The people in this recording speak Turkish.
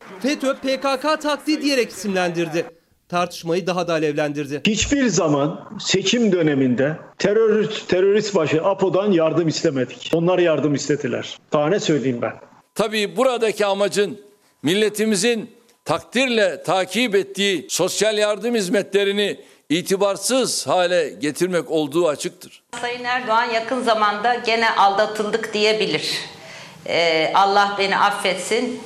FETÖ, PKK taktiği diyerek isimlendirdi. Tartışmayı daha da alevlendirdi. Hiçbir zaman seçim döneminde terörist- terörist başı Apo'dan yardım istemedik. Onlar yardım istediler. Daha ne söyleyeyim ben? Tabii buradaki amacın, milletimizin takdirle takip ettiği sosyal yardım hizmetlerini itibarsız hale getirmek olduğu açıktır. Sayın Erdoğan, yakın zamanda gene aldatıldık diyebilir. Ee, Allah beni affetsin.